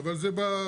אבל זה בצנרת.